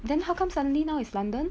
then how come suddenly now is london